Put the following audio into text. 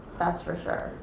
that's for sure.